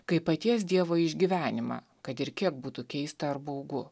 kaip paties dievo išgyvenimą kad ir kiek būtų keista ar baugu